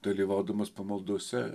dalyvaudamas pamaldose